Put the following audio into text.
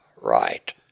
right